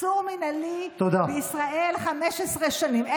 עצור מינהלי בישראל 15 שנים.